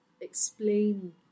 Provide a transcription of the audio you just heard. explain